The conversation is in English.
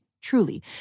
Truly